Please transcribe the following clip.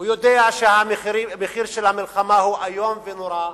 הוא יודע שהמחיר של המלחמה הוא איום ונורא.